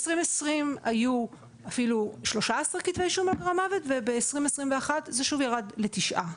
ב-2020 היו אפילו 13 כתבי אישום על גרם מוות וב-2021 זה שוב ירד לתשעה,